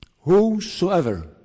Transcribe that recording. Whosoever